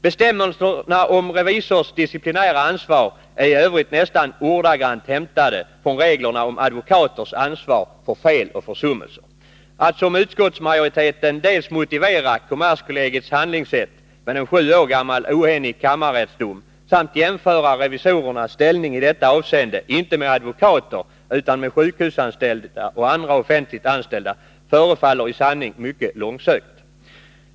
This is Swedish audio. Bestämmelserna om revisors disciplinära ansvar är i övrigt nästan ordagrant hämtade från reglerna om advokaters ansvar för fel och försummelser. Att som utskottsmajoriteten gör, dels motivera kommerskollegiets handlingssätt med en sju år gammal oenig kammarrättsdom, dels jämföra revisorernas ställning i detta avseende inte med advokater utan med sjukhusanställda och andra offentligt anställda, förefaller i sanning mycket långsökt.